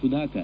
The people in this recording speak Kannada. ಸುಧಾಕರ್